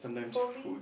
for me